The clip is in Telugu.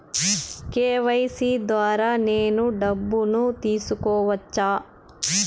కె.వై.సి ద్వారా నేను డబ్బును తీసుకోవచ్చా?